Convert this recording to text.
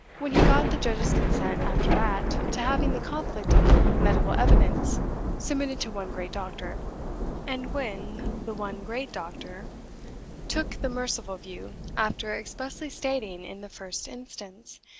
when he got the judge's consent, after that, to having the conflict of medical evidence submitted to one great doctor and when the one great doctor took the merciful view, after expressly stating, in the first instance,